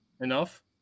Enough